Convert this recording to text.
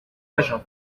agen